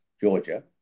Georgia